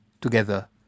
together